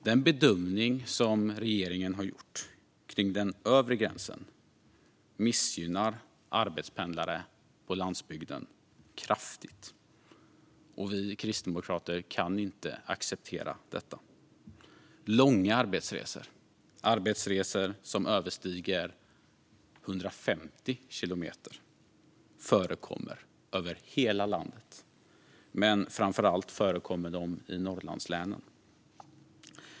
Den bedömning som regeringen har gjort kring den övre gränsen missgynnar arbetspendlare på landsbygden kraftigt, och vi kristdemokrater kan inte acceptera detta. Långa arbetsresor - arbetsresor som överstiger 150 kilometer - förekommer över hela landet, men framför allt förekommer de i Norrlandslänen.